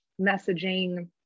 messaging